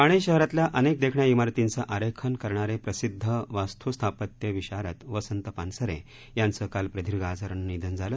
ठाणे शहरातल्या अनेक देखण्या इमारतींचं आरेखन करणारे प्रसिद्ध वास्तुस्थापत्य विशारद वसंत पानसरे यांचं काल प्रदीर्घ आजारानं निधन झालं